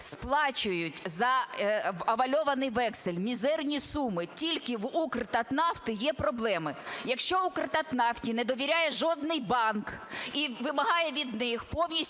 сплачують за авальований вексель мізерні суми, тільки в "Укртатнафти" є проблеми. Якщо "Укртатнафті" не довіряє жодний банк і вимагає від них повністю